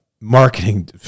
marketing